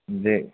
جی